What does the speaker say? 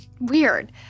Weird